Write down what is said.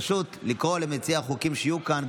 פשוט לקרוא למציעי החוקים שיהיו כאן.